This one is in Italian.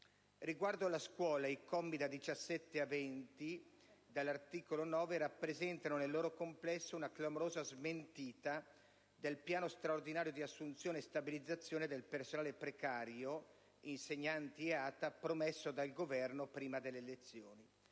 Riguardo alla scuola, i commi da 17 a 20 dell'articolo 9 rappresentano nel loro complesso una clamorosa smentita del piano straordinario di assunzione e stabilizzazione del personale precario, insegnanti e ATA, promesso dal Governo prima delle elezioni.